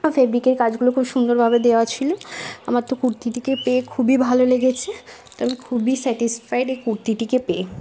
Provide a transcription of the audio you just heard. আর ফেবরিকের কাজগুলো খুব সুন্দরভাবে দেওয়া ছিল আমার তো কুর্তিটি পেয়ে খুবই ভালো লেগেছে তো আমি খুবই স্যাটিওসফায়েড এই কুর্তিটিকে পেয়ে